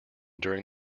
during